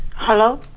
hello?